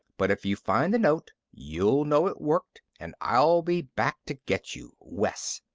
but if you find the note, you'll know it worked and i'll be back to get you. wes.